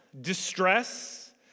distress